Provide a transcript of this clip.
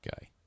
guy